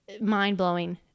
mind-blowing